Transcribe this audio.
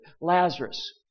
Lazarus